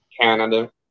Canada